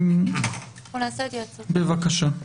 בבקשה.